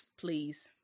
Please